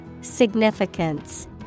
Significance